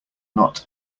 not